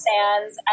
Sands